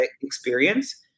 experience